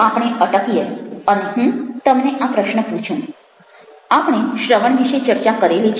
હવે આપણે અટકીએ અને હું તમને આ પ્રશ્ન પૂછું આપણે શ્રવણ વિશે ચર્ચા કરેલી છે